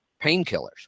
painkillers